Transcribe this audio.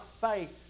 faith